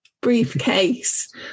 briefcase